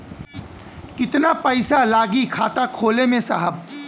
कितना पइसा लागि खाता खोले में साहब?